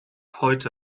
heute